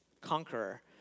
conqueror